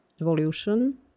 evolution